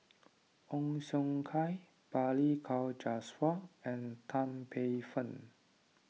Ong Siong Kai Balli Kaur Jaswal and Tan Paey Fern